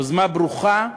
יוזמה ברוכה ומצוינת.